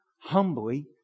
humbly